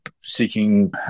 seeking